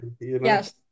yes